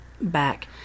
back